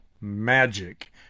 magic